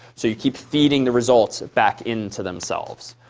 so you keep feeding the results back into themselves.